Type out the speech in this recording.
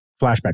flashbacks